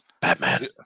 Batman